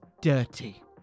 dirty